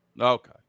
Okay